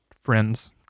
Friends